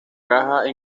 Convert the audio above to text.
caja